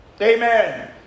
Amen